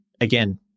again